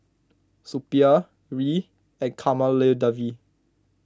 Suppiah Hri and Kamaladevi